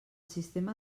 sistema